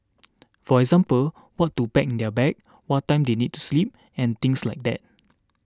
for example what to pack in their bag what time they need to sleep and things like that